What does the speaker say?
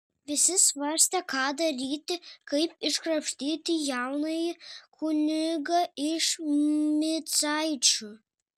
visi svarstė ką daryti kaip iškrapštyti jaunąjį kunigą iš micaičių